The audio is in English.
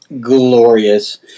glorious